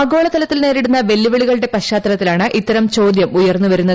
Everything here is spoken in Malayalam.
ആഗോളതലത്തിൽ നേരിടുന്ന വെല്ലുവിളികളുടെ പശ്ചാത്തലത്തിലാണ് ഇത്തരം ചോദ്യം ഉയർന്നുവരുന്നത്